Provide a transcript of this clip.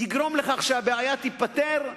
ויגרום לכך שהבעיה תיפתר,